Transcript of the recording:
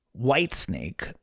Whitesnake